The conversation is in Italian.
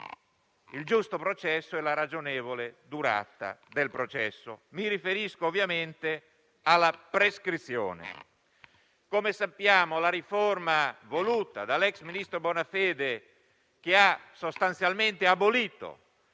il giusto processo e la sua ragionevole durata. Mi riferisco ovviamente al tema della prescrizione. Come sappiamo, la riforma voluta dall'ex ministro Bonafede, che ha sostanzialmente abolito